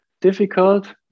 Difficult